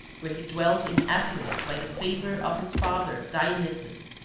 where he dwelt in affluence by the favour of his father dionysus,